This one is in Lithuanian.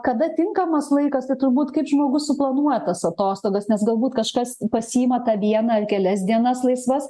kada tinkamas laikas tai turbūt kaip žmogus suplanuoja tas atostogas nes galbūt kažkas pasiima tą vieną ar kelias dienas laisvas